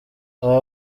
aba